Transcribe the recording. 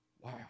wow